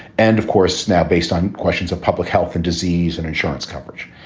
and of course, snap based on questions of public health and disease and insurance coverage.